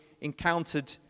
encountered